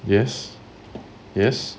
yes yes